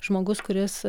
žmogus kuris